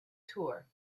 tour